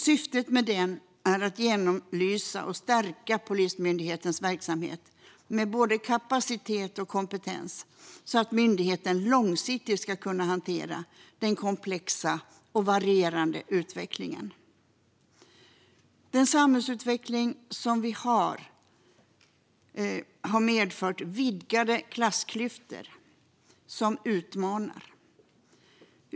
Syftet med den skulle vara att genomlysa och stärka Polismyndighetens verksamhet med både kapacitet och kompetens så att myndigheten långsiktigt ska kunna hantera den komplexa och varierande utvecklingen. Den samhällsutveckling vi har sett har medfört vidgade klassklyftor som utmanar.